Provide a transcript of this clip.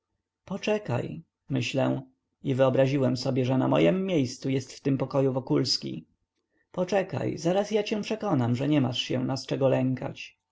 poczekaj myślę i wyobraziłem sobie że na mojem miejscu jest w tym pokoju wokulski poczekaj zaraz ja cię przekonam że nie masz się nas czego lękać